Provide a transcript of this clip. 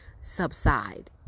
subside